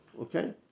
okay